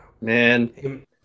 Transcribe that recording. Man